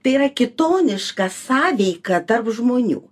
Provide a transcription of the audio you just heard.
tai yra kitoniška sąveika tarp žmonių